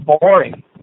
boring